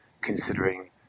considering